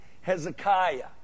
Hezekiah